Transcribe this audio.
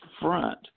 front